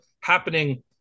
happening